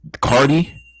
Cardi